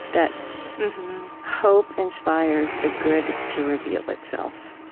that hope inspires the good to reveal itself.